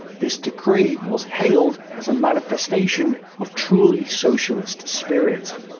this decree was hailed as a manifestation of truly socialist spirit.